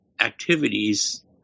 activities